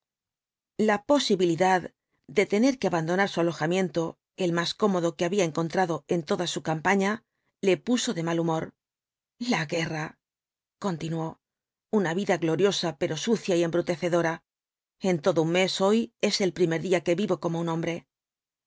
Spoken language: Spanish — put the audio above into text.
la posibilidad de tener que abandonar su alojamiento el más cómodo que había encontrado en toda su campaña le puso de mal humor la guerra continuó una vida gloriosa pero sucia y embrutecedora en todo un mes hoy es el primer día que vivo como un hombre